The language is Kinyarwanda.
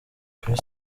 kuri